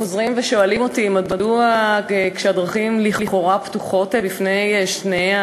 חוזרים ושואלים אותי מדוע כשהדרכים לכאורה פתוחות בפני שני,